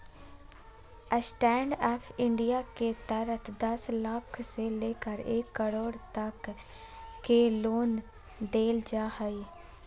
stand up India के तहत दस लाख से लेकर एक करोड़ तक के लोन देल जा हइ